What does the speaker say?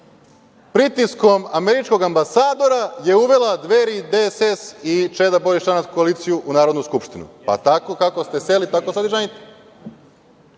pritiskom američkog ambasadora je uvela „Dveri“, DSS i Čeda – Boris – Čanak koaliciju u Narodnu skupštinu. Tako kako ste sejali, tako sad žanjite. Nisam